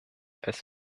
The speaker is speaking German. als